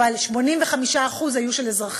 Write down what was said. אבל 85% היו של אזרחים.